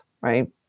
right